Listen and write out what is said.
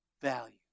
value